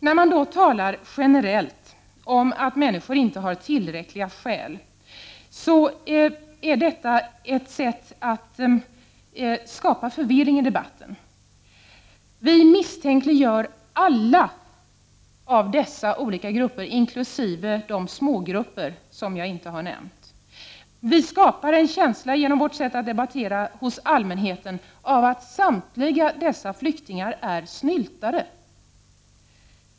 När man talar generellt om att människor inte har tillräckliga skäl är det ett sätt att skapa förvirring i debatten. Vi misstänkliggör alla dessa olika grupper, inkl. de smågrupper som jag inte har nämnt. Genom vårt sätt att debattera skapar vi en känsla hos allmänheten av att samtliga dessa flyktingar är snyltare.